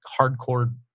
hardcore